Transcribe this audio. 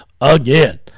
again